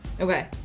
Okay